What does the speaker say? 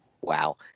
Wow